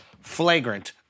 flagrant